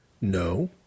No